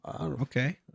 Okay